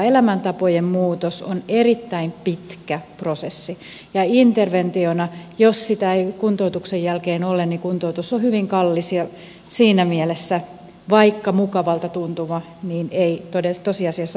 elämäntapojen muutos on erittäin pitkä prosessi ja interventiona jos sitä ei kuntoutuksen jälkeen ole kuntoutus on hyvin kallis ja siinä mielessä vaikka se on mukavalta tuntuva niin se ei tosiasiassa ole vaikuttava toimi